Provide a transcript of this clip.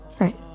Right